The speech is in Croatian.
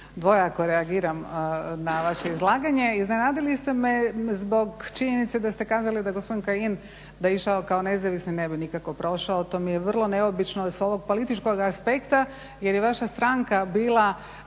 dvojako reagiram na vaše izlaganje. Iznenadili ste me zbog činjenice da ste kazali da gospodin Kajin da je išao kao nezavisni ne bi nikako prošao. To mi je vrlo neobično s ovog političkog aspekta jer je vaša stranka bila